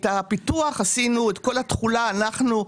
את הפיתוח עשינו, את כל התחולה, אנחנו.